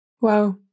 Wow